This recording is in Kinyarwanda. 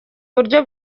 buryo